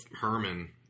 Herman